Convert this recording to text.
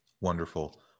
Wonderful